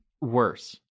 Worse